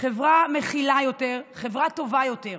חברה טובה יותר.